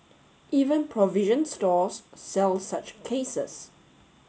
even provision stores sell such cases